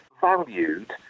valued